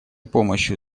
помощью